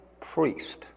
priest